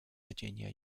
virginia